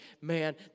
man